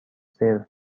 سرو